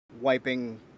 wiping